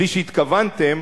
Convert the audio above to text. בלי שהתכוונתם,